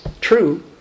true